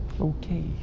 Okay